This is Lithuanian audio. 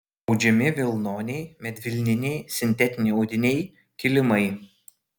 audžiami vilnoniai medvilniniai sintetiniai audiniai kilimai